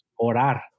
orar